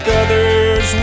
others